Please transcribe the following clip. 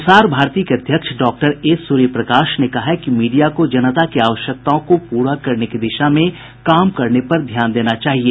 प्रसार भारती के अध्यक्ष डॉक्टर ए स्र्यप्रकाश ने कहा है कि मीडिया को जनता की आवश्यकताओं को पूरा करने की दिशा में काम करने पर ध्यान देना चाहिए